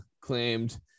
claimed